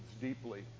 deeply